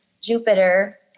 Jupiter